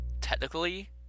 technically